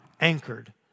anchored